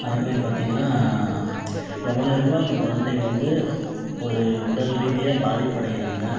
அதேமாரி பார்த்தீங்கனா எவ்வளோ எவ்வளோ அந்த குழந்தைங்க வந்து ஒரு உடல் ரீதியாக பாதிப்பு அடையறாங்க